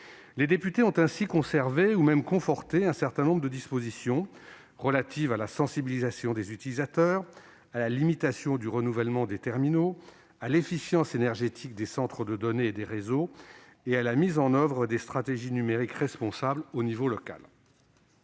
Les députés ont ainsi conservé, voire conforté, un certain nombre de dispositions relatives à la sensibilisation des utilisateurs, à la limitation du renouvellement des terminaux, à l'efficience énergétique des centres de données et des réseaux et à la mise en oeuvre de stratégies numériques responsables au niveau local.